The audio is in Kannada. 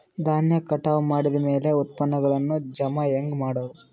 ಧಾನ್ಯ ಕಟಾವು ಮಾಡಿದ ಮ್ಯಾಲೆ ಉತ್ಪನ್ನಗಳನ್ನು ಜಮಾ ಹೆಂಗ ಮಾಡೋದು?